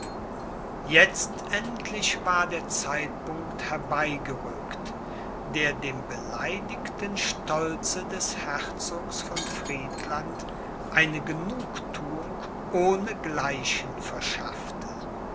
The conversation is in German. jetzt endlich war der zeitpunkt herbeigerückt der dem beleidigten stolze des herzogs von friedland eine genugthuung ohne gleichen verschaffte